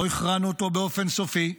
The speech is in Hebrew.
לא הכרענו אותו באופן סופי,